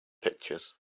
pictures